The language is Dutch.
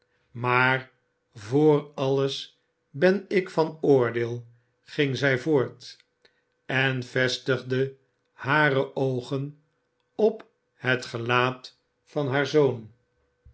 maar vr alles ben ik van oordeel ging zij voort en vestigde hare oogen op het gelaat van haar zoon